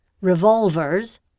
Revolvers